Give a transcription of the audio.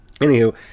Anywho